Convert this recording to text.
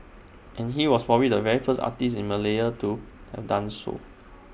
and he was probably the very first artist in Malaya to have done so